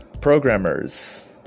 programmers